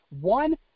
one